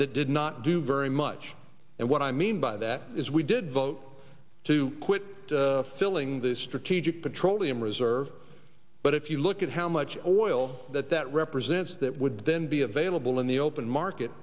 that did not do very much and what i mean by that is we did vote to quit filling the strategic petroleum reserve but if you look at how much oil that that represents that would then be available in the open market